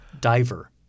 Diver